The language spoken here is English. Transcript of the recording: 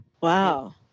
wow